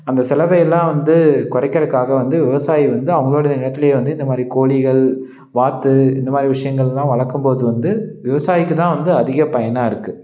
அந்த செலவையெல்லாம் வந்து குறைக்கறக்காக வந்து விவசாயி வந்து அவங்களோடைய நிலத்தில் வந்து இதை மாதிரி கோழிகள் வாத்து இந்தமாதிரி விஷயங்கள்லாம் வளர்க்கும்போது வந்து விவசாயிக்குதான் வந்து அதிக பயனாகருக்கு